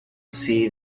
see